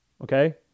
Okay